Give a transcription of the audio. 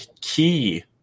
key